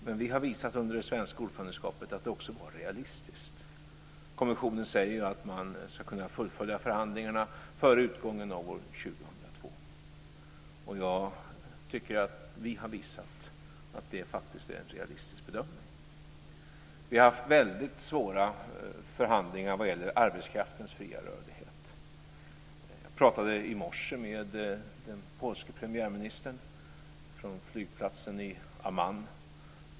Men vi har visat under det svenska ordförandeskapet att det också var realistiskt. Kommissionen säger att man ska kunna fullfölja förhandlingarna före utgången av år 2002. Jag tycker att vi har visat att det faktiskt är en realistisk bedömning. Vi har haft mycket svåra förhandlingar vad gäller arbetskraftens fria rörlighet. Jag pratade i morse med den polske premiärministern från flygplatsen i Amman.